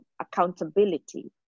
accountability